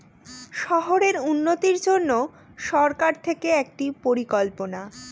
শহরের উন্নতির জন্য সরকার থেকে একটি পরিকল্পনা